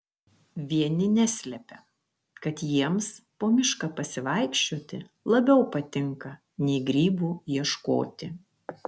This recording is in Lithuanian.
vieni neslepia kad jiems po mišką pasivaikščioti labiau patinka nei grybų ieškoti